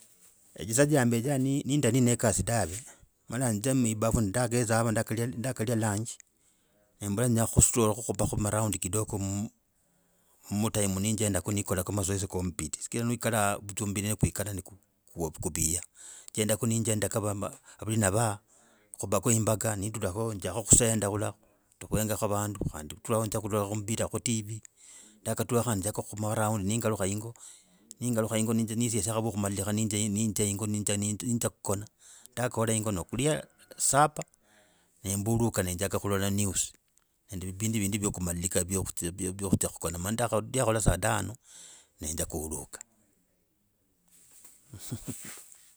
Edzi saa dzya mbeza nendali ne kasi dave mala nzye mwibafu, ndakesava, ndakalya lunch ne mbola nenya kustrola kugubago maround kidogo mutime nenjendako nekolako mazoezi ko mumbiti chigira niwikalaa mumbiti nikuikala ne guviya, njendako nenjendako valina vaha. Kubako imbakha nendulakho ndzakho khucenter kuengakho vandu khandi turaho kulola mpira ku tv ndakaturakho khandi njaka kamaround nengalukha yingo, nengaukha yingo ninzya neshesya vakumalilika ninzya kugona, ndakola yingo nokulie supper nembuluka nenjaga kulola news nende vipindi vindi vyo guzia kugona mani yakoola saa dano nezya kuuluka.